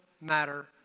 matter